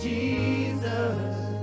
Jesus